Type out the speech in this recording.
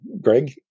Greg